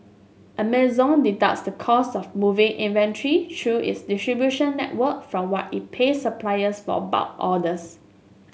Amazon deducts the cost of moving inventory through its distribution network from what it pays suppliers for bulk orders